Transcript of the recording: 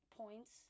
points